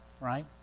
right